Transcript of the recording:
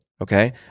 okay